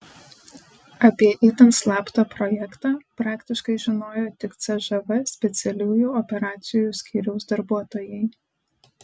apie itin slaptą projektą praktiškai žinojo tik cžv specialiųjų operacijų skyriaus darbuotojai